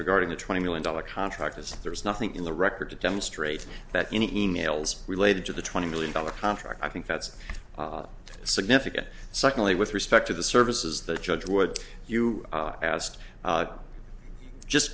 regarding the twenty million dollars contract is there is nothing in the record to demonstrate that any emails related to the twenty million dollars contract i think that's significant secondly with respect to the services that judge would you asked just